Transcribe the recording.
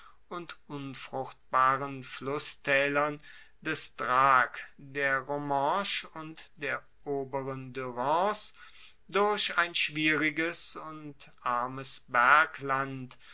und unfruchtbaren flusstaelern des drak der romanche und der oberen durance durch ein schwieriges und armes